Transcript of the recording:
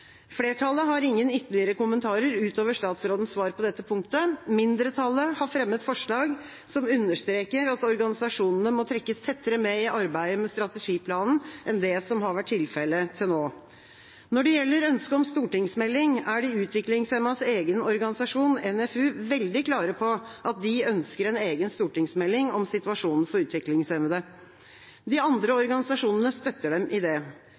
Flertallet har ingen ytterligere kommentarer utover statsrådens svar på dette punktet. Mindretallet har fremmet forslag som understreker at organisasjonene må trekkes tettere med i arbeidet med strategiplanen enn det som har vært tilfellet til nå. Når det gjelder ønsket om stortingsmelding, er de utviklingshemmedes egen organisasjon, NFU, veldig klare på at de ønsker en egen stortingsmelding om situasjonen for utviklingshemmede. De andre organisasjonene støtter dem i det.